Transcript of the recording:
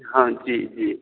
हँ जी जी